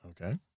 okay